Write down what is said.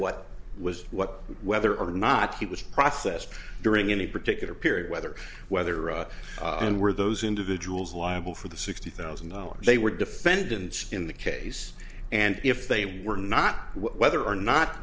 what was what whether or not he was processed during any particular period whether whether a and where those individuals liable for the sixty thousand dollars they were defendants in the case and if they were not whether or not